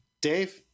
Dave